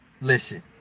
Listen